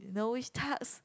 you know which tarts